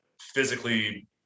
physically